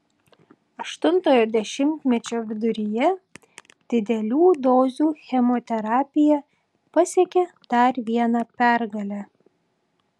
aštuntojo dešimtmečio viduryje didelių dozių chemoterapija pasiekė dar vieną pergalę